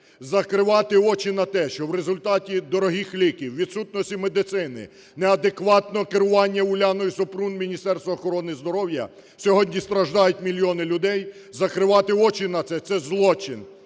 Закривати очі на те, що в результаті дорогих ліків, відсутності медицини, неадекватного керування Уляною Супрун Міністерством охорони здоров'я сьогодні страждають мільйони людей, закривати очі на це – це злочин,